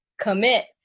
commit